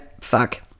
fuck